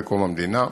בקום המדינה,